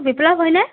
বিপ্লৱ হয়নে